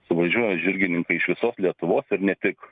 suvažiuoja žirgininkai iš visos lietuvos ir ne tik